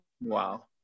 wow